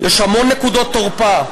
יש המון נקודות תורפה,